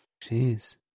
Jeez